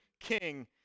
King